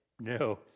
No